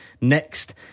next